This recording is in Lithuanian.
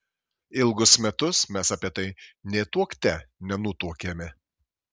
ilgus metus mes apie tai nė tuokte nenutuokėme